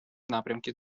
напрямки